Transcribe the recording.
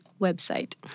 website